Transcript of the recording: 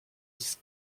dix